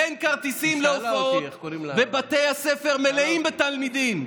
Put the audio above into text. אין כרטיסים להופעות ובתי הספר מלאים בתלמידים.